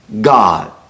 God